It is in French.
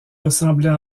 ressemblait